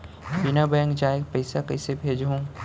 बिना बैंक जाये पइसा कइसे भेजहूँ?